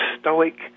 stoic